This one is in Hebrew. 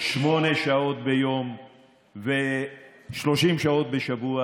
שמונה שעות ביום ו-30 שעות בשבוע.